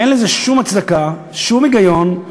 אין לזה שום הצדקה, שום היגיון,